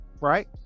right